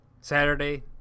Saturday